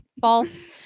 False